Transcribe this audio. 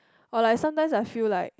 or like sometimes I feel like